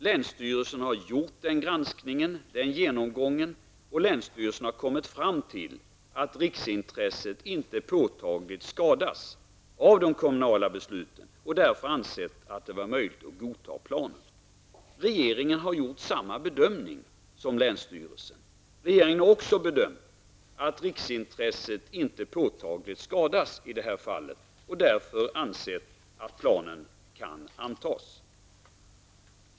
Länsstyrelsen har gjort en genomgång, och man har kommit fram till att riksintresset inte påtagligt skadas av de kommunala besluten. Därför har man ansett att det var möjligt att godta denna plan. Regeringen har gjort samma bedömning som länsstyrelsen. Regeringen har också bedömt att riksintresset inte påtagligt skadas i detta fall och har därför ansett att planen kan antas.